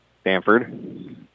Stanford